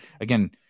again